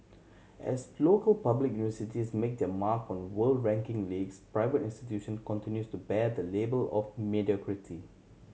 as local public universities make their mark on world ranking leagues private institute continue to bear the label of mediocrity